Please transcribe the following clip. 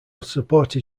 supported